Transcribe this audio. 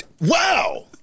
Wow